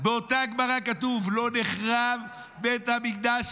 באותה הגמרא כתוב: לא נחרב בית המקדש